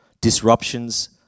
disruptions